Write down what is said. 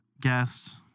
guest